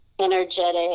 energetic